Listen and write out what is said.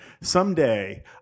someday